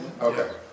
okay